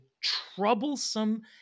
troublesome